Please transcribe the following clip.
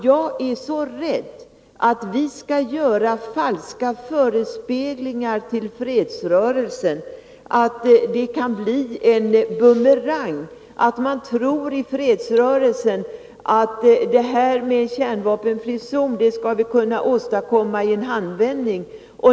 Jag är rädd för att om vi gör falska förespeglingar till fredsrörelsen, kan det bli en bumerang. Man kan inom fredsrörelsen tro att detta med kärnvapenfri zon kan åstadkommas i en handvändning.